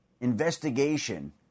investigation